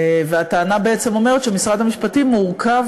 והטענה בעצם אומרת שמשרד המשפטים מורכב